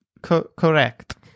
Correct